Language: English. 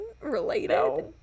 related